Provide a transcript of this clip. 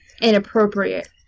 inappropriate